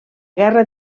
guerra